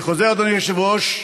אני חוזר, אדוני היושב-ראש: